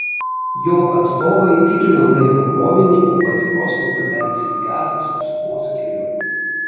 jo atstovai tikina laivo krovinį po patikros nugabensią į gazą sausumos keliu